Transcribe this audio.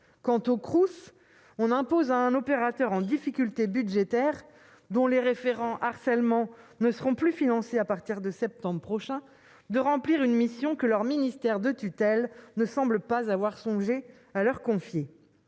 est des Crous, on impose à un opérateur en difficulté budgétaire, dont les référents harcèlement ne seront plus financés à partir de septembre prochain, de remplir une mission que leur ministère de tutelle ne semble pas avoir songé à leur confier